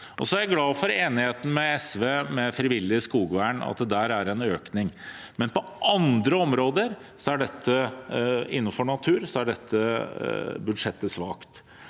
er jeg glad for enigheten med SV om frivillig skogvern – at det der er en økning. Men på andre områder innenfor natur er dette budsjettet svakt.